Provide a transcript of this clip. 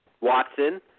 Watson